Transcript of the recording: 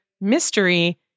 mystery